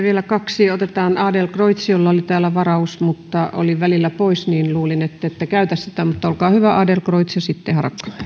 vielä kaksi otetaan adlercreutz jolla oli täällä varaus mutta oli välillä pois luulin että ette käytä sitä mutta olkaa hyvä adlercreutz ja sitten